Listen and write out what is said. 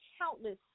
countless